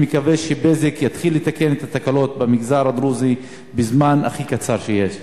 אני מקווה ש"בזק" יתחיל לתקן את התקלות במגזר הדרוזי בזמן הכי קצר שיש.